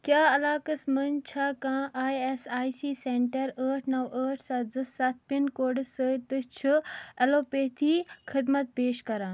کیٛاہ علاقس مَنٛز چھا کانٛہہ I S I C centre ٲٹھ نَو ٲٹھ سَتھ زٕ سَتھ پِن کوڈس سۭتۍ تہٕ چھِ ایلوپیتھی خدمت پیش کران